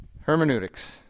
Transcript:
hermeneutics